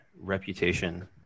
reputation